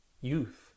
youth